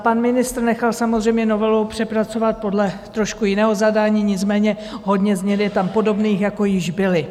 Pan ministr nechal samozřejmě novelu přepracovat podle trošku jiného zadání, nicméně hodně změn je tam podobných, jako již byly.